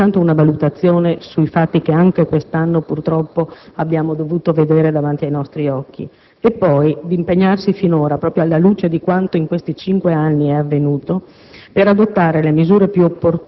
Chiedo quindi al Governo, intanto una valutazione sui fatti che anche quest'anno, purtroppo, abbiamo dovuto vedere davanti ai nostri occhi e, poi, di impegnarsi fin da ora, proprio alla luce di quanto in questi cinque anni è avvenuto,